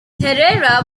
herrera